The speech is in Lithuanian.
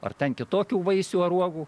ar ten kitokių vaisių ar uogų